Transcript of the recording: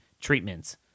treatments